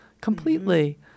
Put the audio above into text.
completely